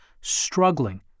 struggling